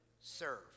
serve